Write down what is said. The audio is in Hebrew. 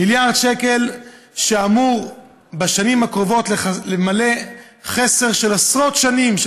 מיליארד שקל שאמורים למלא בשנים הקרובות